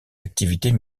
activités